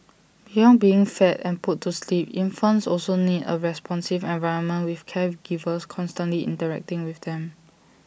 beyond being fed and put to sleep infants also need A responsive environment with caregivers constantly interacting with them